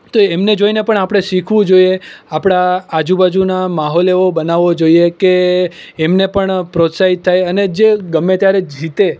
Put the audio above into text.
તો એમને જોઈને પણ આપણે શીખવું જોઈએ આપણા આજુબાજુના માહોલ એવો બનાવો જોઈએ કે એમને પણ પ્રોત્સાહિત થાય અને જે ગમે ત્યારે જીતે